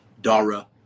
Dara